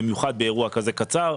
במיוחד באירוע כזה קצר.